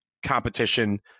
competition